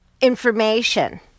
information